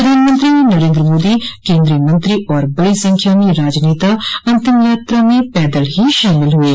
प्रधानमंत्री नरेन्द्र मोदी केन्द्रीय मंत्री और बड़ी संख्या में राजनेता अन्तिम यात्रा में पैदल ही शामिल हुये